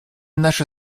наша